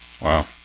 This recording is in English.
Wow